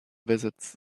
visits